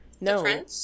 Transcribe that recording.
No